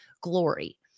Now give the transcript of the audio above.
glory